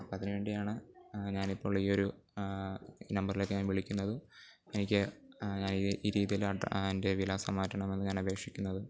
അപ്പം അതിന് വേണ്ടിയാണ് ഞാൻ ഇപ്പോൾ ഈ ഒരു നമ്പർലേക്ക് ഞാൻ വിളിക്കുന്നത് എനിക്ക് ഈ ഈ രീതിയിൽ അഡ്രസ് എൻ്റെ ഈ വിലാസം മാറ്റണമെന്ന് ഞാൻ അപേക്ഷിക്കുന്നതും